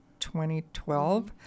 2012